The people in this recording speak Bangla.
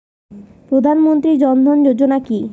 প্রধান মন্ত্রী জন ধন যোজনা কি?